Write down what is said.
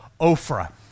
Ophrah